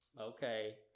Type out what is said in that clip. okay